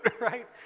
right